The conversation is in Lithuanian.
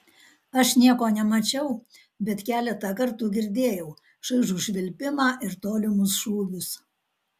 aš nieko nemačiau bet keletą kartų girdėjau šaižų švilpimą ir tolimus šūvius